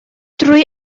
drwy